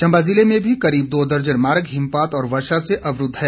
चंबा जिले में भी करीब दो दर्जन मार्ग हिमपात और वर्षा के चलते अवरूद्व हैं